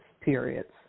periods